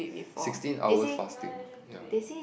sixteen hours fasting ya